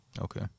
Okay